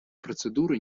процедуры